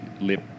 lip